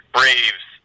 Braves